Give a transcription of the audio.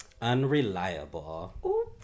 unreliable